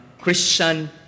christian